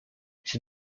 ces